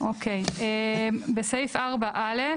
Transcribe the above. בסעיף 4(א)